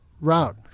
route